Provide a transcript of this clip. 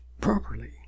properly